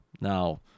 Now